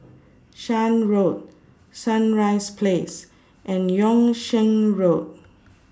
Shan Road Sunrise Place and Yung Sheng Road